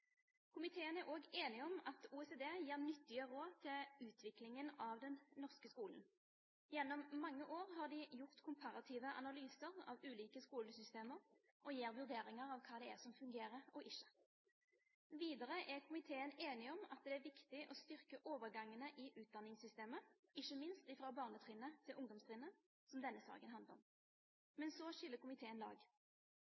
Komiteen er også enig om at OECD gir nyttige råd til utviklingen av den norske skolen. Gjennom mange år har de gjort komparative analyser av ulike skolesystemer og gjør vurderinger av hva som fungerer og ikke. Videre er komiteen enig om at det er viktig å styrke overgangene i utdanningssystemet, ikke minst fra barnetrinnet til ungdomstrinnet, som denne saken handler om.